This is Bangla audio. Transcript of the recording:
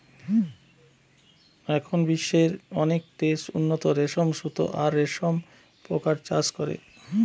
অখন বিশ্বের অনেক দেশ উন্নত রেশম সুতা আর রেশম পোকার চাষ করে